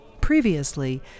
previously